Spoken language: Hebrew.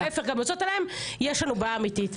להיפך יש לנו בעיה אמיתית.